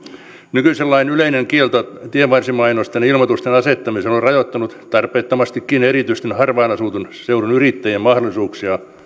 nykyisen lain yleinen kielto tienvarsimainosten ja ilmoitusten asettamiselle on rajoittanut tarpeettomastikin erityisesti harvaan asutun seudun yrittäjien mahdollisuuksia